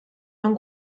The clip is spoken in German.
von